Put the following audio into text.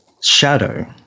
shadow